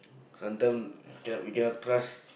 sometimes we cannot we cannot trust